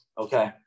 Okay